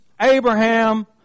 Abraham